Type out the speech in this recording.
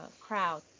crowd